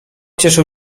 cieszył